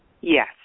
Yes